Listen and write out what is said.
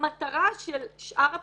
המטרה של שאר הפקידות,